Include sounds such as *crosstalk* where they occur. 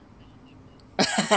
*laughs*